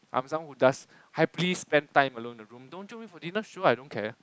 I am someone who just happily spend time alone in the room don't jio me for dinner sure I don't care